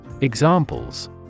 Examples